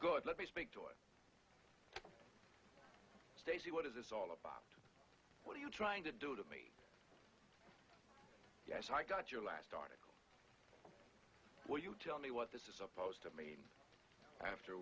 good let me speak to it stacy what is this all about what are you trying to do to me yes i got your last article where you tell me what this is supposed to mean after